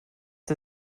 der